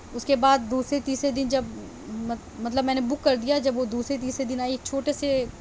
اُس کے بعد دوسرے تیسرے دِن جب مطلب میں نے بک کر دیا جب وہ دوسرے تیسرے دِن آئی ایک چھوٹے سے